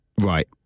Right